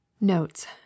notes